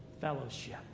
Fellowship